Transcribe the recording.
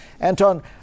Anton